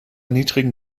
niedrigen